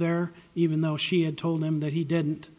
there even though she had told him that he didn't